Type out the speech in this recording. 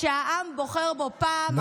שהעם בוחר בו פעם אחר פעם.